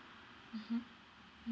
mmhmm